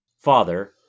father